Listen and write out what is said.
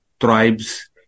tribes